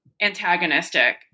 antagonistic